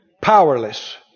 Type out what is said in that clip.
powerless